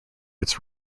its